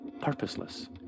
purposeless